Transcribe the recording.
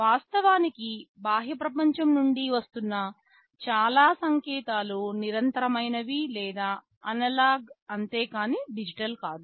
వాస్తవానికి బాహ్య ప్రపంచం నుండి వస్తున్న చాలా సంకేతాలు నిరంతర మైనవి లేదా అనలాగ్ అంతేకానీ డిజిటల్ కాదు